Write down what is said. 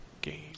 game